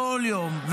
כל יום,